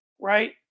right